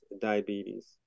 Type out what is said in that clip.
diabetes